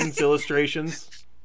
illustrations